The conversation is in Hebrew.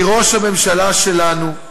כי ראש הממשלה שלנו,